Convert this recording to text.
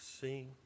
sing